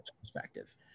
perspective